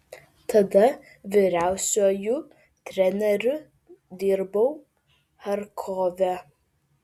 tada vyriausiuoju treneriu dirbau charkove